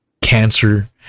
cancer